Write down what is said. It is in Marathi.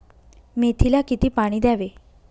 मेथीला किती पाणी द्यावे?